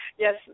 Yes